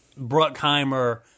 Bruckheimer –